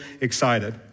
excited